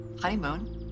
honeymoon